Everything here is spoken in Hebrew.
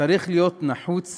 צריך להיות נחוץ